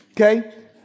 Okay